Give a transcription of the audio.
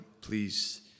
please